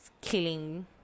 killing